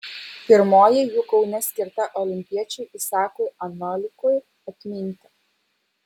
pirmoji jų kaune skirta olimpiečiui isakui anolikui atminti